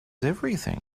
everything